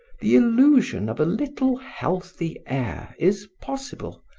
the illusion of a little healthy air is possible,